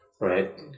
right